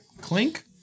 clink